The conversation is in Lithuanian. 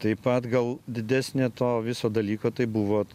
taip pat gal didesnė to viso dalyko tai buvo